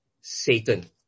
Satan